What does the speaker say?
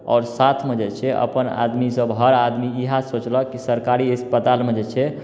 आओर साथमे जे छै अपन आदमी सब हर आदमी इएह सोचलक की सरकारी अस्पतालमे जे छै